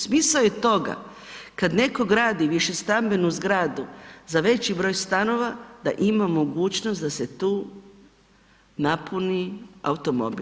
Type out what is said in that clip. Smisao je toga kad netko gradi višestambenu zgradu za veći broj stanova, da ima mogućnost da se tu napuni automobil.